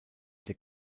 der